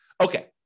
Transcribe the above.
Okay